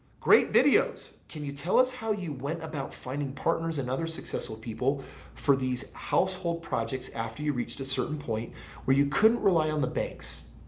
great videos. can you tell us how you went about finding partners and other successful people for these household projects after you reached a certain point where you couldn't rely on the banks?